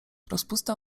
rozpusta